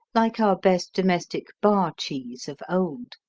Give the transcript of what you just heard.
like our best domestic bar cheese of old.